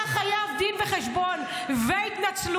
אתה חייב דין וחשבון והתנצלות,